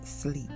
sleep